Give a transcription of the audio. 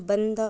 बंद